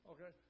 Okay